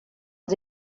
sie